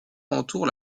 entoure